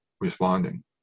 responding